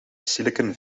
silicon